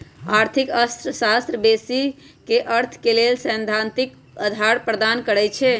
आर्थिक अर्थशास्त्र बेशी क अर्थ के लेल सैद्धांतिक अधार प्रदान करई छै